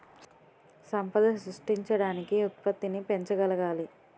సంపద సృష్టించడానికి ఉత్పత్తిని పెంచగలగాలి